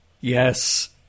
yes